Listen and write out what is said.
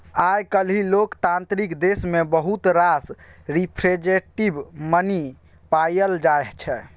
आइ काल्हि लोकतांत्रिक देश मे बहुत रास रिप्रजेंटेटिव मनी पाएल जाइ छै